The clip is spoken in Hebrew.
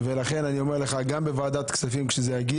ולכן אני אומר לך: גם בוועדת הכספים שזה יגיע